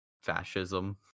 fascism